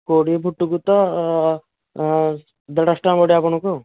କୋଡିଏ ଫୁଟକୁ ତ ଗୋଟିଏ ଦେଢ଼ଶହ ଟଙ୍କା ପଡ଼ିବ ଆପଣଙ୍କୁ ଆଉ